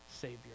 Savior